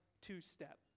two-step